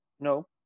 No